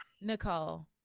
Nicole